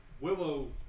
Willow